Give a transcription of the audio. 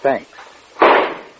Thanks